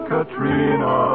Katrina